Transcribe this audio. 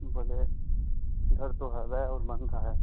बोले इधर तो हाईवे और बन रहा है